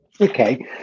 Okay